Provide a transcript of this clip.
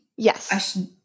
Yes